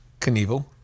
Knievel